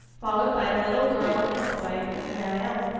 followed by a little girl and boy, ran out.